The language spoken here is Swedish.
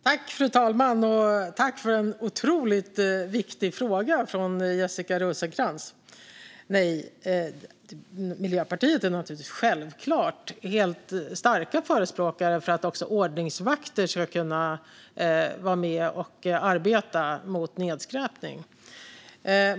Fru talman! Tack för en otroligt viktig fråga från Jessica Rosencrantz! Miljöpartiet är självklart starka förespråkare för att också ordningsvakter ska kunna vara med och arbeta mot nedskräpning.